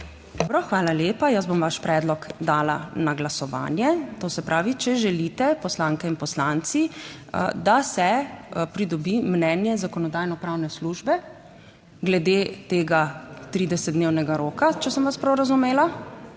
Dobro. Hvala lepa. Jaz bom vaš predlog dala na glasovanje, to se pravi, če želite poslanke in poslanci, da se pridobi mnenje Zakonodajno-pravne službe glede tega 30-dnevnega roka, če sem vas prav razumela?